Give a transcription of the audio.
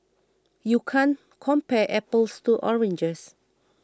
you can't compare apples to oranges